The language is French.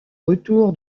retour